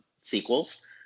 sequels